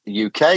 uk